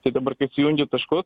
tai dabar kai sujungi taškus